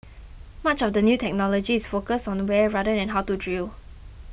much of the new technology is focused on where rather than how to drill